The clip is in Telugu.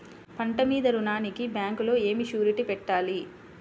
పంట మీద రుణానికి బ్యాంకులో ఏమి షూరిటీ పెట్టాలి?